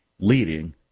leading